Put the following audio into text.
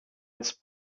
its